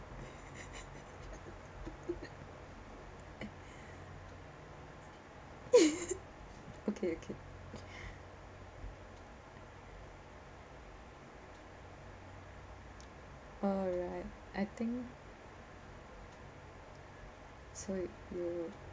okay okay okay alright I think so you